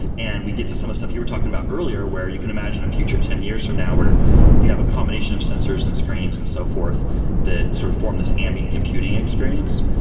and we get to some of stuff you were talking about earlier, where you can imagine a future ten years from now where you have a combination of sensors and screens and so forth that sort of form this ambient computing experience,